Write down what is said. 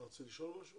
אתה רוצה לשאול משהו?